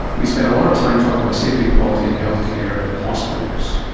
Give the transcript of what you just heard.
we spend a lot of time talking about safety and quality in healthcare in hospitals,